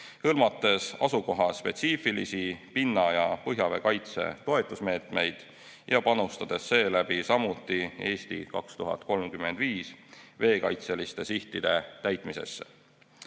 hõlmates asukohaspetsiifilisi pinna‑ ja põhjavee kaitse toetusmeetmeid ja panustades seeläbi samuti "Eesti 2035" veekaitseliste sihtide täitmisesse.